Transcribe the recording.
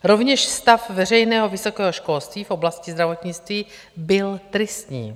Rovněž stav veřejného vysokého školství v oblasti zdravotnictví byl tristní.